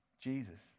Jesus